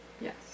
yes